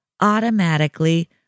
automatically